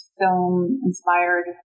film-inspired